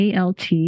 ALT